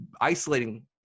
isolating